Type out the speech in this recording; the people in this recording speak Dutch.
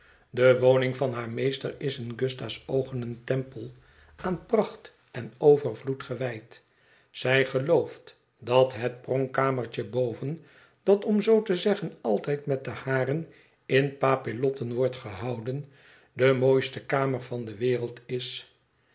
de woning van haar meester is in gusta's oogen een tempel aan pracht en overvloed gewijd zij gelooft dat het pronkkamertje boven dat om zoo te zeggen altijd met de haren in papillotten wordt gehouden de mooiste kamer van de wereld is